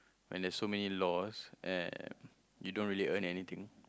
when there's so many laws and you don't really earn anything